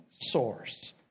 source